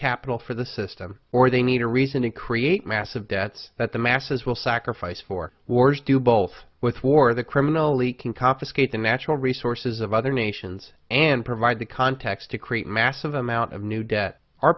capital for the system or they need a reason to create massive debts that the masses will sacrifice for wars do both with war the criminally can confiscate the natural resources of other nations and provide the context to create massive amount of new debt